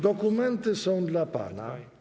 Dokumenty są dla pana.